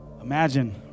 Imagine